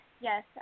yes